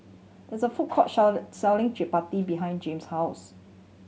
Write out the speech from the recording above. there is a food court share selling Chapati behind James' house